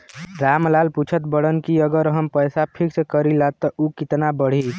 राम लाल पूछत बड़न की अगर हम पैसा फिक्स करीला त ऊ कितना बड़ी?